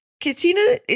Katina